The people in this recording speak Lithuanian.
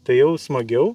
tai jau smagiau